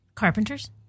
carpenters